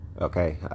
okay